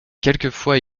quelquefois